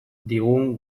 digun